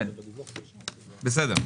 בסדר.